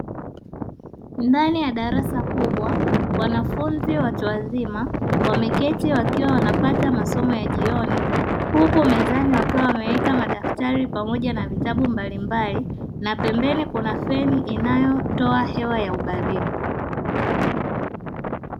Ndani ya darasa kubwa wanafunzi watu wazima wameketi wakiwa wanapata masomo ya jioni huku mezani wakiwa wameweka madaftari pamoja na vitabu mbalimbali na pembeni kuna feni inayotoa hewa ya ubaridi.